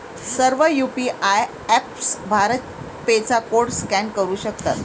सर्व UPI apps BharatPe चा code scan करू शकतात